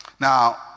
Now